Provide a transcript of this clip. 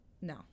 No